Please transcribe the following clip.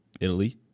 Italy